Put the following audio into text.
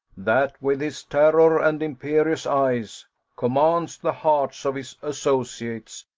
that with his terror and imperious eyes commands the hearts of his associates,